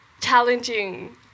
challenging